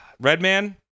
Redman